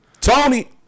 Tony